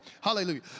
Hallelujah